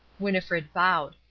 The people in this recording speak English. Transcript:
winnifred bowed.